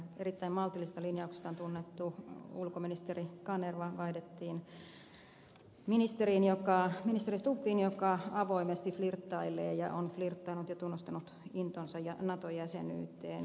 erittäin maltillisista linjauksistaan tunnettu ulkoministeri kanerva vaihdettiin ministeri stubbiin joka avoimesti flirttailee ja on flirttaillut naton kanssa ja tunnustanut intonsa nato jäsenyyteen